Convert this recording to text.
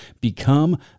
become